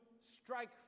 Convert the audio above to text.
strike